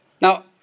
Now